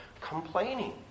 complaining